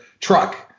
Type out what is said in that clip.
truck